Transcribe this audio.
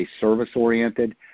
service-oriented